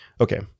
Okay